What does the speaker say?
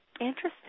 Interesting